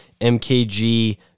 MKG